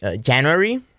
January